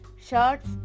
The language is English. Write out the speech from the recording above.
shirts